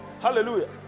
Hallelujah